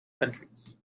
countries